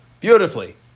Beautifully